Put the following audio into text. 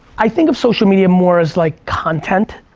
i think of social media more as like content,